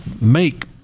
make